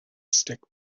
stick